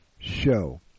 Show